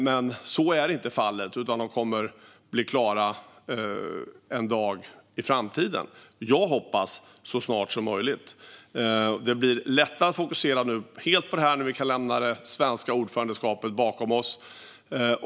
Men så är inte fallet, utan de kommer att bli klara en dag i framtiden - så snart som möjligt, hoppas jag. Det blir lättare att fokusera helt på det här nu när vi kan lämna det svenska ordförandeskapet bakom oss.